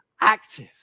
active